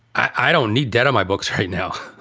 i don't need debt on my books right now.